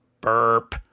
burp